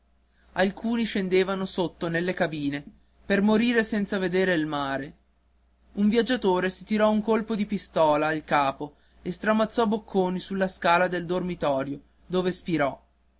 alcuni scendevan sotto nelle cabine per morire senza vedere il mare un viaggiatore si tirò un colpo di pistola al capo e stramazzò bocconi sulla scala del dormitorio dove spirò